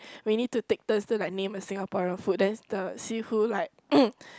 we need to take turns to like name a Singaporean food then the see who like